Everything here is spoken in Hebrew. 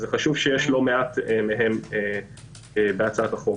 ושיש לא מעט מהם בהצעת החוק.